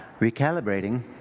recalibrating